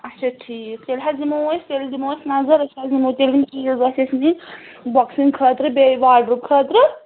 اچھا ٹھیٖک تیٚلہِ حظ یِمو أسۍ تیٚلہِ دِمو أسۍ نظر أسۍ حظ نِمو تیٚلہِ چیٖز آسہِ اَسہِ نِنۍ بۄکسِنٛگ خٲطرٕ بیٚیہِ واڈروٗب خٲطرٕ